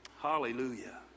Hallelujah